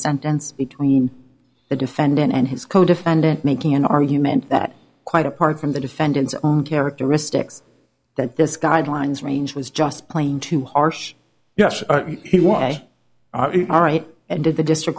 sentence between the defendant and his codefendant making an argument that quite apart from the defendant's own characteristics that this guidelines range was just plain too harsh yes he was all right and did the district